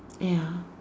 ya